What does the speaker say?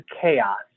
chaos